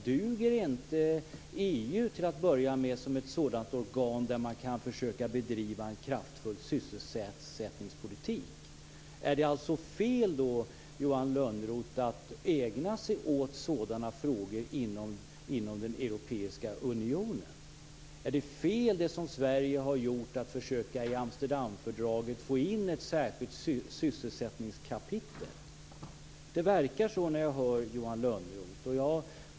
Duger inte EU, till att börja med, som ett sådant organ där man kan försöka bedriva en kraftfull sysselsättningspolitik? Tycker Johan Lönnroth alltså att det är fel att ägna sig åt sådana frågor inom den europeiska unionen? Är det fel, som Sverige har gjort, att försöka att i Amsterdamfördraget få in ett särskilt sysselsättningskapitel? Jag tycker att det verkar så när jag hör Johan Lönnroth.